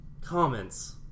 comments